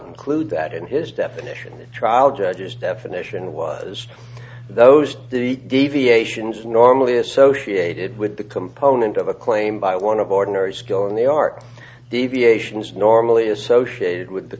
include that in his definition in a trial judge's definition was those the deviations normally associated with the component of a claim by one of ordinary skill in the art deviation is normally associated with the